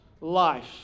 life